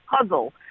puzzle